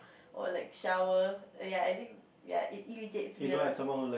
or like shower ya I think ya it irritates me a lot